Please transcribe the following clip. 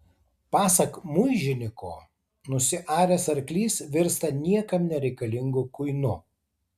pasak muižiniko nusiaręs arklys virsta niekam nereikalingu kuinu